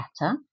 better